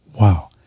Wow